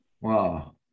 wow